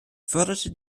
förderte